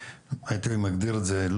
הייתי מגדיר את זה.